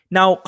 Now